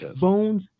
Bones